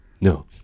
no